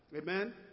Amen